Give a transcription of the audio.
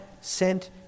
sent